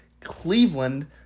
Cleveland